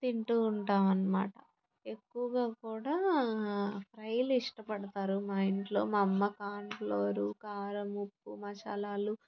తింటు ఉంటాం అన్నమాట ఎక్కువగా కూడా ఫ్రైలు ఇష్టపడతారు మా ఇంట్లో మా అమ్మ కార్న్ ఫ్లోర్ కారం ఉప్పు మసాలాలు